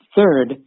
Third